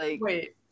Wait